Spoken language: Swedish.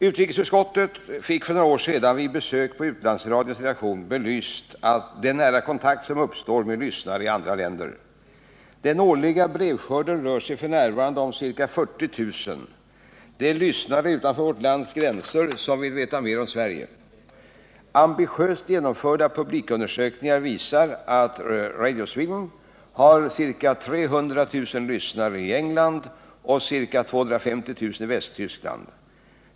Utrikesutskottet fick för några år sedan vid besök på utlandsradions redaktion belyst den nära kontakt som uppstår med lyssnare i andra länder. Den årliga brevskörden rör sig f.n. om ca 40 000 brev. Det är lyssnare utanför vårt lands gränser som vill veta mer om Sverige. Ambitiöst genomförda publikundersökningar visar att Radio Sweden har ca 300 000 lyssnare i England och ca 250 000 i Västtyskland.